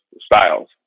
styles